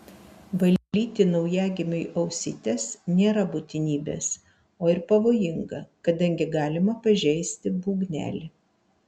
valyti naujagimiui ausytes nėra būtinybės o ir pavojinga kadangi galima pažeisti būgnelį